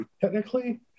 Technically